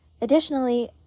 Additionally